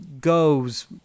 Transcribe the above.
goes